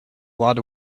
lot